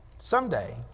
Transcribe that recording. someday